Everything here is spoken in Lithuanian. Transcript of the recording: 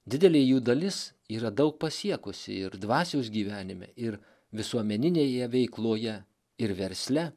didelė jų dalis yra daug pasiekusi ir dvasios gyvenime ir visuomeninėje veikloje ir versle